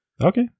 Okay